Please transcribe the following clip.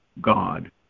God